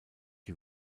die